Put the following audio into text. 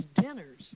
dinners